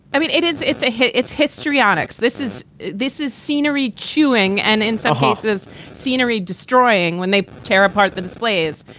i mean, it is. it's a hit. it's histrionics. this is this is scenery chewing and a and so horses scenery destroying when they tear apart the displays.